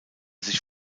sich